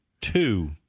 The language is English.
two